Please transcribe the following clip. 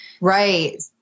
Right